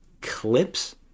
clips